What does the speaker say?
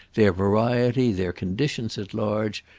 their variety, their conditions at large,